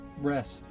Rest